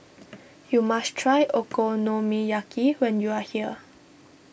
you must try Okonomiyaki when you are here